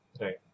Right